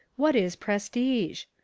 what is prestige?